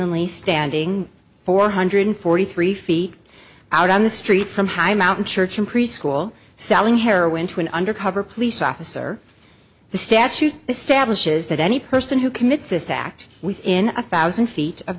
brazenly standing four hundred forty three feet out on the street from high mountain church in preschool selling heroin to an undercover police officer the statute establishes that any person who commits this act within a thousand feet of